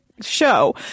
show